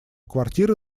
квартира